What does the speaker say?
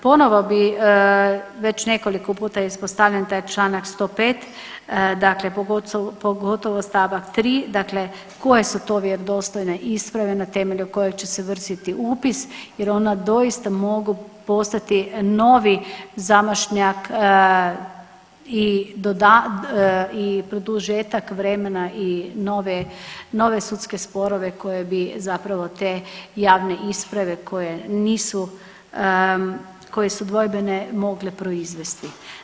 Ponovno bi, već nekoliko puta je ispostavljen taj Članak 105., dakle pogotovo stavak 3., dakle koje su to vjerodostojne isprave na temelju kojeg će se vršiti upis jer ona doista mogu postati novi zamašnjak i produžetak vremena i nove, nove sudske sporove koje bi zapravo te javne isprave koje nisu, koje su dvojbene mogle proizvesti.